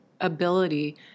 ability